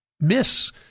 miss